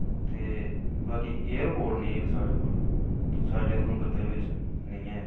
ते बाकी एयरपोर्ट नेईं इक साढ़े कोल साढ़े उधमपुर दे बिच नेईं ऐ